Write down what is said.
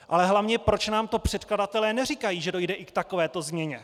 A hlavně proč nám předkladatelé neříkají, že dojde i k takovéto změně?